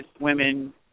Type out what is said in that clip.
women